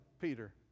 peter